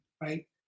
right